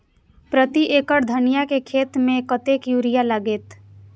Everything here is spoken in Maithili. प्रति एकड़ धनिया के खेत में कतेक यूरिया लगते?